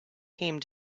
came